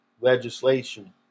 legislation